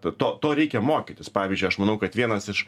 t to to reikia mokytis pavyzdžiui aš manau kad vienas iš